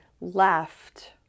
left